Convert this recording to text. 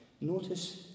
Notice